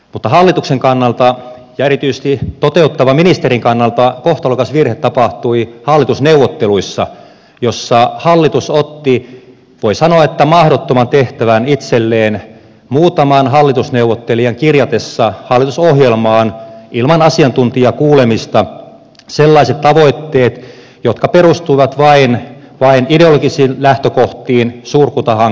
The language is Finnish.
mutta hallituksen kannalta ja erityisesti toteuttavan ministerin kannalta kohtalokas virhe tapahtui hallitusneuvotteluissa joissa hallitus otti voi sanoa mahdottoman tehtävän itselleen muutaman hallitusneuvottelijan kirjatessa hallitusohjelmaan ilman asiantuntijakuulemista sellaiset tavoitteet jotka perustuivat vain ideologisiin lähtökohtiin suurkuntahankkeeseen